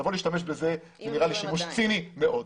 לבוא להשתמש בזה, זה נראה לי שימוש ציני מאוד.